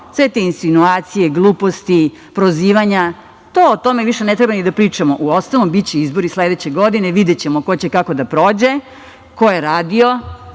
sve te insinuacije, gluposti, prozivanja, o tome više ne treba ni da pričamo, uostalom biće izbori sledeće godine, videćemo ko će kako da prođe, ko je radio